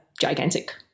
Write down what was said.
gigantic